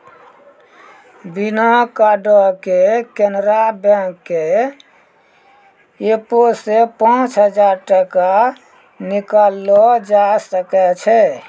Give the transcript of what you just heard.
बिना कार्डो के केनरा बैंक के एपो से पांच हजार टका निकाललो जाय सकै छै